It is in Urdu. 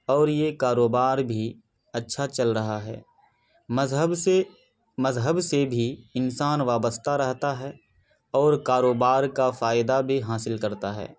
اور یہ کاروبار بھی اچھا چل رہا ہے مذہب سے مذہب سے بھی انسان وابستہ رہتا ہے اور کاروبار کا فائدہ بھی حاصل کرتا ہے